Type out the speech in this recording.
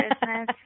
business